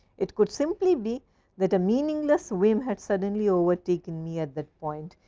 it could simply be that a meaningless whim had suddenly overtaken me at that point.